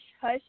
hush